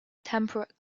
temperate